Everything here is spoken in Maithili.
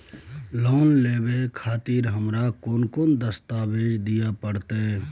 लोन लेवे खातिर हमरा कोन कौन दस्तावेज दिय परतै?